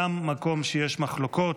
גם מקום שיש מחלוקות.